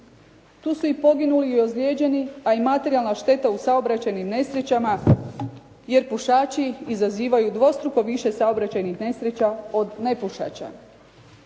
Tu su i poginuli i ozlijeđeni, a i materijalna šteta u saobraćajnim nesrećama, jer pušači izazivaju dvostruko više saobraćajnih nesreća od nepušača.